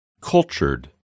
Cultured